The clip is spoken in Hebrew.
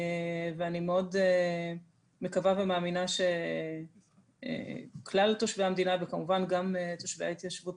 ואני מאוד מקווה ומאמינה שכלל תושבי המדינה וכמובן גם תושבי ההתיישבות